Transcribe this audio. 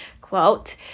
quote